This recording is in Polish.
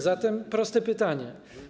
Zatem proste pytanie.